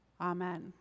Amen